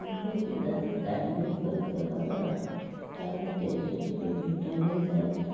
ବିଲାତି ଗ୍ରାଇଡ଼ିଂ କରିଦେବା ଦ୍ଵାରା ତାର ଟେଷ୍ଟ ଟିକିଏ ଭିନ୍ନ ହୋଇଥାଏ